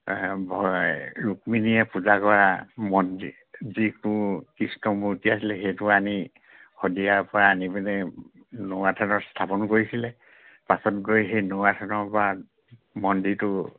ৰুক্মিণীয়ে পূজা কৰা মন্দিৰ যিটো কৃষ্ণ মূৰ্তি আছিলে সেইটো আনি শদিয়াৰ পৰা আনি পিনে নোৱাথানত স্থাপন কৰিছিলে পাছত গৈ সেই নোৱাথানৰ পৰা মন্দিৰটো